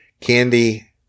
Candy